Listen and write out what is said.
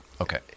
okay